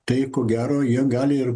tai ko gero jie gali ir